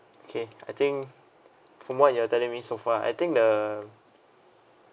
okay I think from what you are telling me so far I think the